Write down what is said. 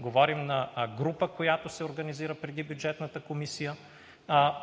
говорим с групата, която се организира преди Бюджетната комисия,